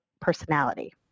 personality